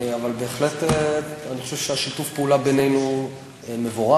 אבל בהחלט אני חושב ששיתוף הפעולה בינינו מבורך,